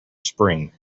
spring